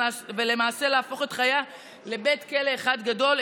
ולמעשה להפוך את חייה לבית כלא אחד גדול,